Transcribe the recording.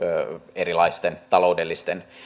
erilaisten taloudellisten